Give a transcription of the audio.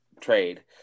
trade